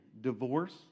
Divorce